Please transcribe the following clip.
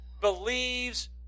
believes